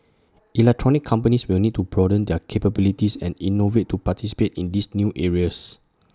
electronics companies will need to broaden their capabilities and innovate to participate in these new areas